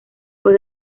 fue